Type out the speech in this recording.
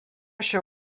się